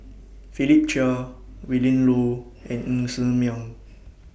Philip Chia Willin Low and Ng Ser Miang